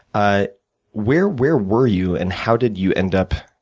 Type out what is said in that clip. ah where where were you, and how did you end up